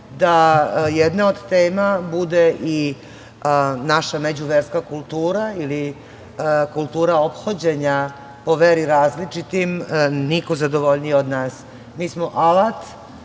da jedne od tema bude i naša međuverska kultura ili kultura ophođenja po veri različitim, niko zadovoljniji od nas. Mi smo alat